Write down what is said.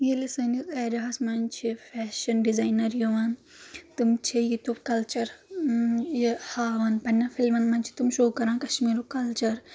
ییٚلہِ سٲنِس ایریا ہَس منٛز چھِ فیشن ڈِزاینَر یِوان تِم چھِ ییٚتیُک کَلچَر یہِ ہاوان پَننؠن فِلمن منٛز چھِ تِم شو کَران کشمیٖرُک کَلچَر